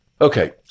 Okay